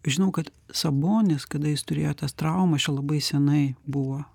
žinau kad sabonis kada jis turėjo tas traumas čia labai senai buvo